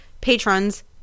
patrons